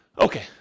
Okay